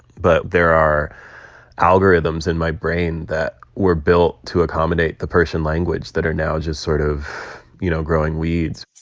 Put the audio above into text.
but there are algorithms in my brain that were built to accommodate the persian language that are now just sort of, you know, growing weeds